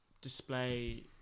display